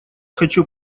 хочу